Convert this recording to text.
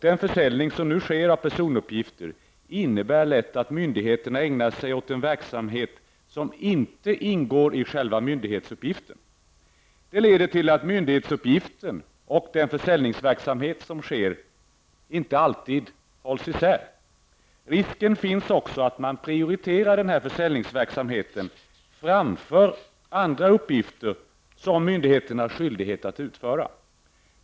Den försäljning som nu sker av personuppgifter innebär lätt att myndigheter ägnar sig åt en verksamhet, som inte ingår i själva myndighetsuppgiften. Detta leder till att myndighetsuppgiften och försäljningsverksamheten inte alltid hålls isär. Risken finns också att man prioriterar försäljningsverksamheten framför andra uppgifter som myndigheten har skyldighet att utföra.